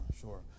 sure